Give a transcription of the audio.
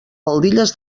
faldilles